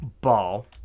ball